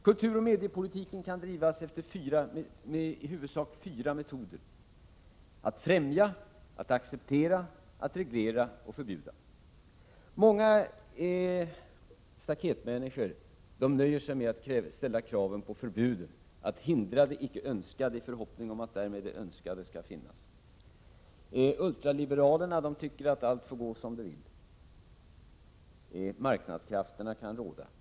Kulturoch mediepolitiken kan drivas med i huvudsak fyra metoder: att främja, att acceptera, att reglera och att förbjuda. Många staketmänniskor nöjer sig med att ställa krav på förbud, för att hindra det icke önskade i förhoppning om att därmed det önskade skall finnas. Ultraliberalerna tycker att allt får gå som det vill - marknadskrafterna kan råda.